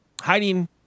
hiding